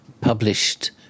published